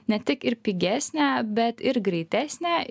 ne tik ir pigesnė bet ir greitesnė